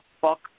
fuck